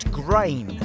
grain